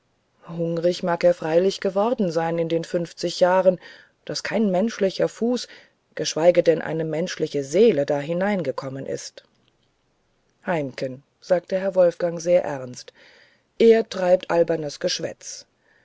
hungrig mag er freilich geworden sein in den fünfzig jahren daß kein menschlicher fuß geschweige denn eine menschliche seele da hineingekommen ist heimken sagte herr wolfgang sehr ernst er treibt albernes geschwätze